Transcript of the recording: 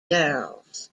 girls